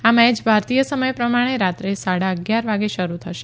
આ મેચ ભારતીય સમય પ્રમાણે રાત્રે સાડા અગિયાર વાગે શરૂ થશે